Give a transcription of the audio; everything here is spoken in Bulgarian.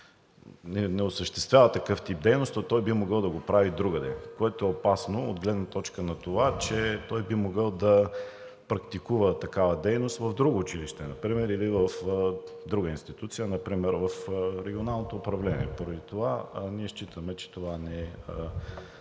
не осъществява такъв тип дейност, то той би могъл да го прави другаде, което е опасно от гледна точка на това, че той би могъл да практикува такава дейност в друго училище например или в друга институция – например в регионалното управление. Поради това ние считаме, че това не е